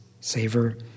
savor